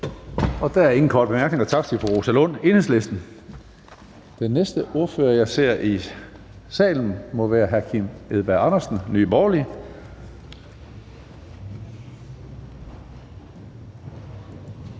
Der er ingen korte bemærkninger. Tak til fru Rosa Lund, Enhedslisten. Den næste ordfører, jeg ser i salen, må være hr. Kim Edberg Andersen, Nye Borgerlige.